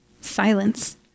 silence